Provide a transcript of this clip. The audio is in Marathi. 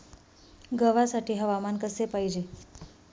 गव्हासाठी हवामान कसे पाहिजे?